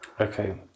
Okay